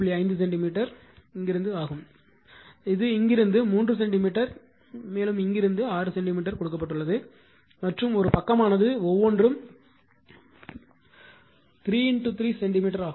5 centimetre ஆகும் இது இங்கிருந்து 3 சென்டிமீட்டர் இங்கிருந்து 6 சென்டிமீட்டர் கொடுக்கப்பட்டுள்ளது மற்றும் பக்கமானது ஒவ்வொன்றும் 3 3 சென்டிமீட்டர் ஆகும்